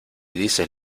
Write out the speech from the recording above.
dices